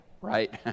right